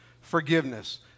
forgiveness